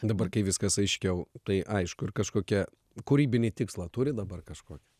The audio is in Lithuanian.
dabar kai viskas aiškiau tai aišku ir kažkokia kūrybinį tikslą turi dabar kažkokį